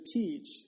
teach